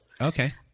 Okay